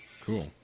cool